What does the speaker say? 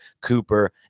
Cooper